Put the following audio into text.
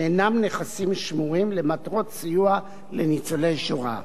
שאינם נכסים שמורים, למטרות סיוע לניצולי השואה,